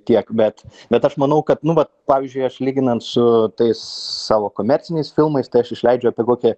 tiek bet bet aš manau kad nu vat pavyzdžiui aš lyginant su tais savo komerciniais filmais tai aš išleidžiu apie kokį